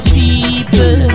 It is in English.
people